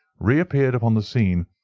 reappeared upon the scene,